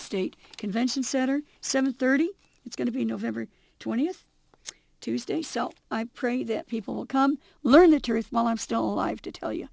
state convention center seven thirty it's going to be november twentieth tuesday so i pray that people will come learn the truth while i'm still alive to tell you